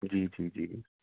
جی جی جی